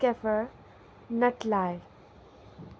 کیفر نٹلائے